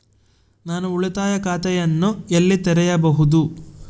ನಾನು ಉಳಿತಾಯ ಖಾತೆಯನ್ನು ಎಲ್ಲಿ ತೆರೆಯಬಹುದು?